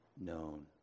known